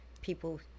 people